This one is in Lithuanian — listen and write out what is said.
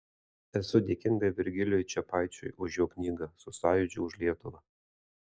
esu dėkinga virgilijui čepaičiui už jo knygą su sąjūdžiu už lietuvą